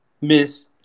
Miss